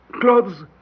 Clothes